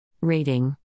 Rating